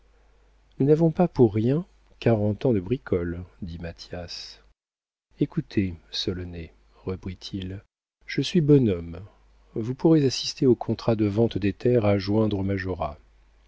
nous n'avons pas pour rien quarante ans de bricole dit mathias écoutez solonet reprit-il je suis bonhomme vous pourrez assister au contrat de vente des terres à joindre